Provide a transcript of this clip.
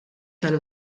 tal